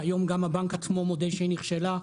שהיום גם הבנק עצמו מודה שהיא נכשלה.